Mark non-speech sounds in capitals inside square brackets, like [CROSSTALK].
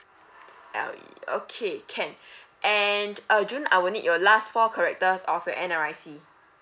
ah okay can [BREATH] and uh june I will need your last four characters of your N_R_I_C